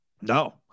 no